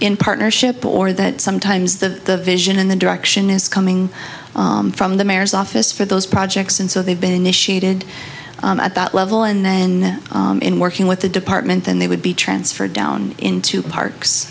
in partnership or that sometimes the vision and the direction is coming from the mayor's office for those projects and so they've been initiated at that level and then in working with the department then they would be transferred down into parks